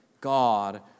God